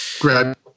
grab